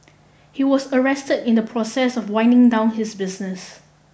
he was arrest in the process of winding down his business